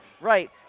Right